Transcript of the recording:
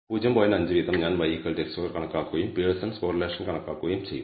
5 വീതം ഞാൻ y x2 കണക്കാക്കുകയും പിയേഴ്സന്റെ കോറിലേഷൻ കണക്കാക്കുകയും ചെയ്യും